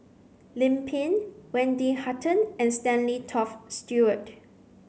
Lim Pin Wendy Hutton and Stanley Toft Stewart